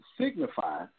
signify